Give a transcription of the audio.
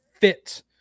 fit